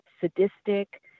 sadistic